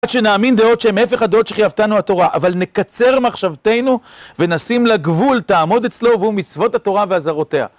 עד שנאמין דעות שהן הפך לדעות שחייבתנו התורה אבל נקצר מחשבתנו ונשים לה גבול תעמוד אצלו והוא מצוות התורה ואזהרותיה